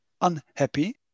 unhappy